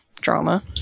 Drama